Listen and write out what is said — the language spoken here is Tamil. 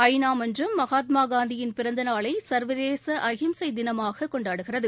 ஐ நா மன்றம் மகாத்மா காந்தியின் பிறந்த நாளை சா்வதேச அஹிம்சை தினமாக கொண்டாடுகிறது